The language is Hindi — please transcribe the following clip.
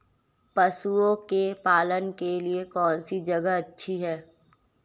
पशुओं के पालन के लिए कौनसी जगह अच्छी है?